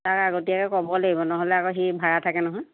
তাক আগতীয়াকৈ ক'ব লাগিব নহ'লে আকৌ সি ভাড়া থাকে নহয়